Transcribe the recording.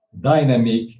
dynamic